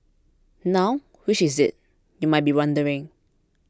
now which is it you might be wondering